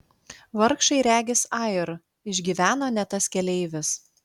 vargšai regis air išgyveno ne tas keleivis